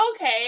okay